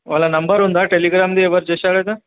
వాళ్ళ నెంబరు ఉందా టెలిగ్రామ్ది ఎవరు చేశారు కదా